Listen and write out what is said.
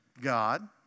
God